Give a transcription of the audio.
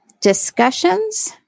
discussions